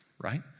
right